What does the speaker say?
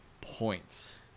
points